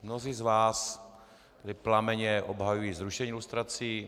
Mnozí z vás tady plamenně obhajují zrušení lustrací.